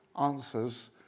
answers